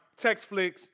textflix